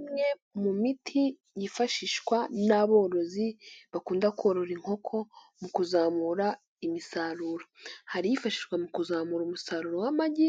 Imwe mu miti yifashishwa n'aborozi bakunda korora inkoko mu kuzamura imisaruro, hari iyifashishwa mu kuzamura umusaruro w'amagi,